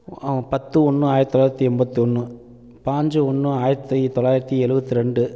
பத்து ஒன்று ஆயிரத்தி தொள்ளாயிரத்தி எண்பத்தொன்று பாஞ்சு ஒன்று ஆயிரத்தி தொள்ளாயிரத்தி எழுபத்தி ரெண்டு